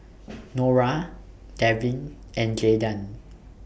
Nora Devyn and Jaydan